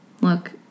Look